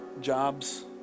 jobs